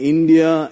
India